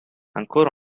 ancora